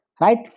right